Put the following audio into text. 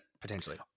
potentially